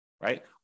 right